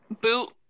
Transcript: boot